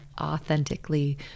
authentically